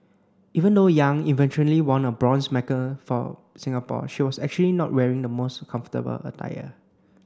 even though Yang eventually won a bronze for Singapore she was actually not wearing the most comfortable attire